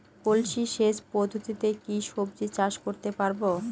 কলসি সেচ পদ্ধতিতে কি সবজি চাষ করতে পারব?